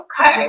Okay